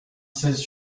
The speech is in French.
seize